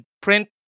print